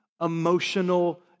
emotional